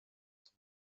this